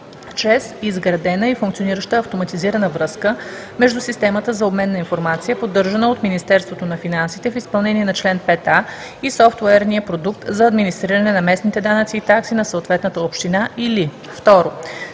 чрез изградена и функционираща автоматизирана връзка между системата за обмен на информация, поддържана от Министерството на финансите в изпълнение на чл. 5а, и софтуерния продукт за администриране на местните данъци и такси на съответната община, или 2.